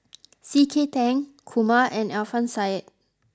C K Tang Kumar and Alfian Sa'at